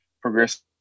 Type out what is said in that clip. progress